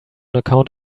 account